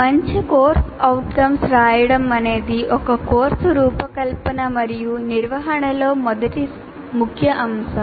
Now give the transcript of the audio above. మంచి course outcomes రాయడం అనేది ఒక కోర్సు రూపకల్పన మరియు నిర్వహణలో మొదటి ముఖ్య అంశం